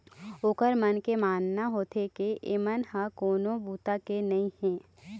ओखर मन के मानना होथे के एमन ह कोनो बूता के नइ हे